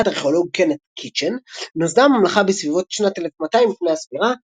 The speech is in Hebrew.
לדעת הארכאולוג קנת' קיטשן נוסדה הממלכה בסביבות שנת 1200 לפנה"ס,